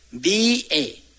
B-A